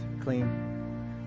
clean